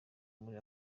muri